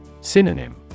Synonym